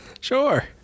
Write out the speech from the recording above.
sure